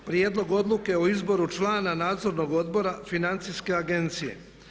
Prijedlog Odluke o izboru člana Nadzornog odbora financijske agencije.